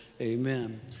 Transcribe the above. amen